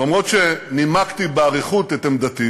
אף שנימקתי באריכות את עמדתי